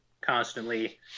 constantly